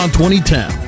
2010